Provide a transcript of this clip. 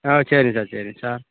ஆ சரிங்க சார் சரிங்க சார்